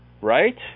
right